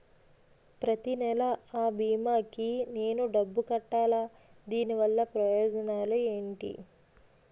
ప్రతినెల అ భీమా కి నేను డబ్బు కట్టాలా? దీనివల్ల ప్రయోజనాలు ఎంటి?